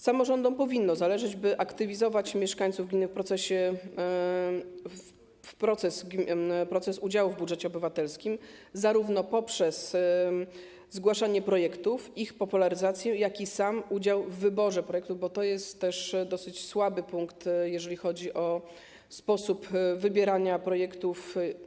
Samorządom powinno zależeć na tym, by aktywizować mieszkańców gminy w proces udziału w budżecie obywatelskim, zarówno poprzez zgłaszanie projektów, ich popularyzację, jak i sam udział w wyborze projektu, bo to jest też dosyć słaby punkt, jeżeli chodzi o sposób wybierania projektów.